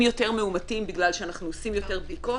יותר מאומתים בגלל שאנחנו עושים יותר בדיקות.